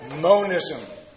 Monism